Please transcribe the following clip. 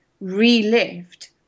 relived